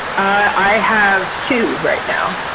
i have two right now.